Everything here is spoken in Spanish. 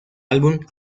álbum